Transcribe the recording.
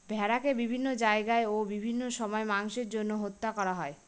ভেড়াকে বিভিন্ন জায়গায় ও বিভিন্ন সময় মাংসের জন্য হত্যা করা হয়